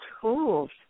tools